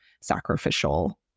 sacrificial